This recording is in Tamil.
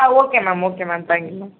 ah okay ma'am okay ma'am thank you ma'am